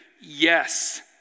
yes